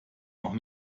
noch